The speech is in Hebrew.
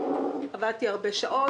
עבדתי הרבה שעות.